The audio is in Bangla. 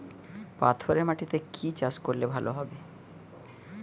পাথরে মাটিতে কি চাষ করলে ভালো হবে?